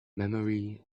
memory